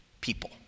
people